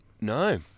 No